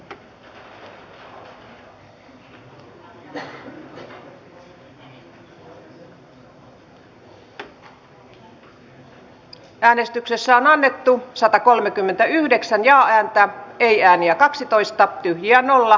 mats nylund on peter östmanin kannattamana ehdottanut että pykälä poistetaan